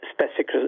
specific